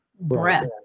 breath